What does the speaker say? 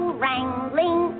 wrangling